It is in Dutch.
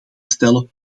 stellen